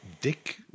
dick